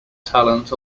talent